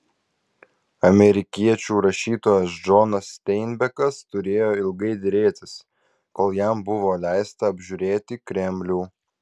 amerikiečių rašytojas džonas steinbekas turėjo ilgai derėtis kol jam buvo leista apžiūrėti kremlių